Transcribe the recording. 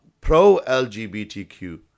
pro-LGBTQ